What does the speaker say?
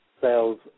sales